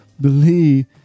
believe